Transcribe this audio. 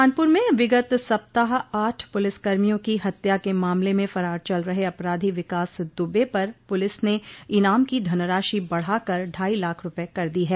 कानपुर में विगत सप्ताह आठ पुलिस कर्मियों की हत्या के मामले में फरार चल रहे अपराधी विकास दुबे पर पुलिस ने ईनाम की धनराशि बढ़ाकर ढाई लाख रूपये कर दी है